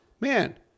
Man